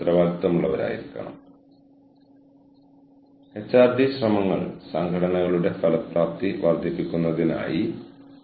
സുസ്ഥിരമായ എച്ച്ആർ ഒരു ഓർഗനൈസേഷനെ ഒരു തുറന്ന സംവിധാനമായി അനുമാനിക്കുന്നു കുറഞ്ഞത് അത് മനുഷ്യവിഭവശേഷി ഉപഭോഗം ചെയ്യുന്നിടത്തോളമെങ്കിലും അത് വികസിപ്പിക്കുകയും പുനരുജ്ജീവിപ്പിക്കുകയും ചെയ്യേണ്ടത് ആവശ്യമാണ്